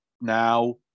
now